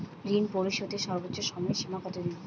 ঋণ পরিশোধের সর্বোচ্চ সময় সীমা কত দিন?